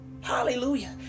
Hallelujah